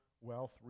wealth